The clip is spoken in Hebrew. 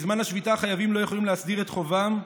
בזמן השביתה החייבים לא יכולים להסדיר את חובם,